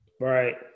Right